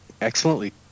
Excellently